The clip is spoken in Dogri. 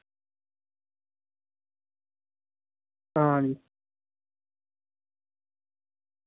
आं